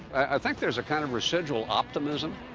i think there is a kind of residual optimism.